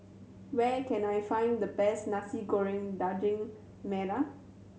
where can I find the best Nasi Goreng Daging Merah